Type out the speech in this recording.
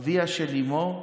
אביה של אימו,